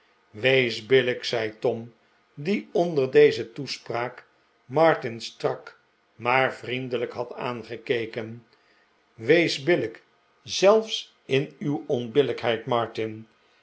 wees billijk zei tom die onder deze toespraak martin strak maar vriendelijk had aangekeken wees billijk zelfs in uw onbillijkheid martin